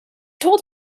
told